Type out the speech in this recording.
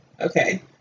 Okay